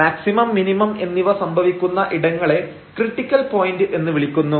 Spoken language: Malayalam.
മാക്സിമം മിനിമം എന്നിവ സംഭവിക്കുന്ന ഇടങ്ങളെ ക്രിട്ടിക്കൽ പോയന്റ് എന്ന് വിളിക്കുന്നു